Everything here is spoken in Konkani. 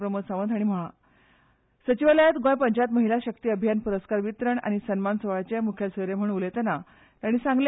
प्रमोद सावंत हांणी आयज सचिवालयात गोंय पंचायत महिला शक्ती अभियान पुरस्कार वितरण आनी सन्मान सुवाळ्याचे म्खेल सोयरे म्ह्ण उलयताना सांगले